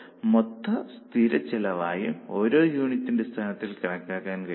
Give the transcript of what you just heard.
അപ്പോൾ മൊത്ത സ്ഥിര ചെലവും ഓരോ യൂണിറ്റ് അടിസ്ഥാനത്തിൽ കണക്കാക്കാൻ കഴിയും